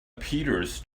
peters